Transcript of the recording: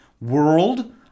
world